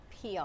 PR